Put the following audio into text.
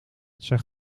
zij